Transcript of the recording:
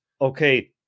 Okay